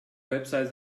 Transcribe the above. websites